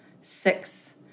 six